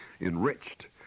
enriched